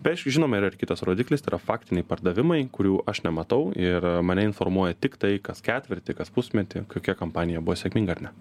bet žinoma yra ir kitas rodiklis tai yra faktiniai pardavimai kurių aš nematau ir mane informuoja tiktai kas ketvirtį kas pusmetį kokia kampanija buvo sėkminga ar ne